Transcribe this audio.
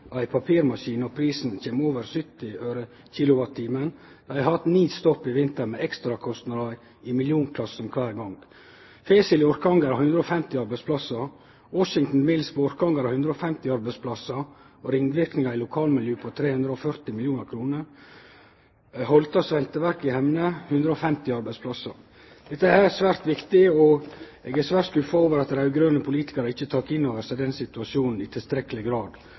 ei papirmaskin når prisen kjem over 70 øre/kWt. Dei har hatt ni stopp i vinter med ekstrakostnader i millionklassen kvar gong. Fesil i Orkanger har 150 arbeidsplassar, Washington Mills på Orkanger har 150 arbeidsplassar og ringverknadene i lokalmiljøet er på 340 mill. kr, og Holla smelteverk i Hemne har 150 arbeidsplassar. Dette er svært viktig, og eg er svært skuffa over at raud-grøne politikarar ikkje har teke inn over seg den situasjonen i tilstrekkeleg grad.